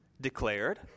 declared